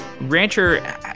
Rancher